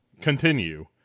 continue